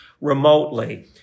remotely